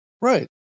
Right